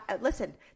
Listen